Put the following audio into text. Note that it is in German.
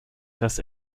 das